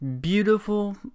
Beautiful